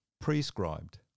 prescribed